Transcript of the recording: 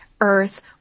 earth